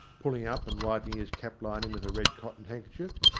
pulling up and wiping his cap-lining with a red cotton handkerchief.